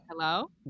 Hello